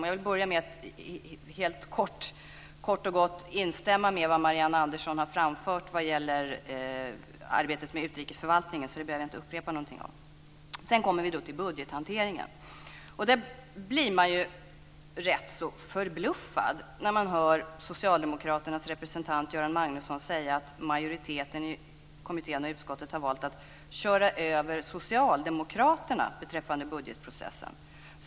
Jag vill börja med att kort och gott instämma med vad Marianne Andersson har framfört vad gäller arbetet med utrikesförvaltningen. Jag behöver inte upprepa någonting om det. Sedan kommer vi till frågan om budgethanteringen. Man blir förbluffad när man hör socialdemokraternas representant Göran Magnusson säga att majoriteten i kommittén och utskottet har valt att köra över socialdemokraterna beträffande budgetprocessen.